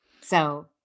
So-